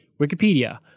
Wikipedia